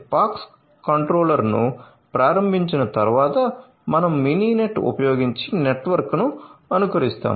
pox కంట్రోలర్ను ప్రారంభించిన తరువాత మనం మినీనెట్ ఉపయోగించి నెట్వర్క్ను అనుకరిస్తాము